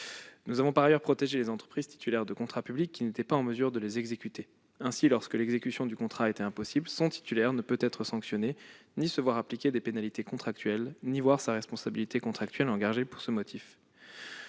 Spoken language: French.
nous avons protégé les entreprises titulaires de contrats publics mais qui n'étaient pas en mesure de les exécuter. Lorsque l'exécution du contrat est impossible, son titulaire ne peut être sanctionné, ni se voir appliquer des pénalités contractuelles, ni voir sa responsabilité contractuelle engagée pour ce motif.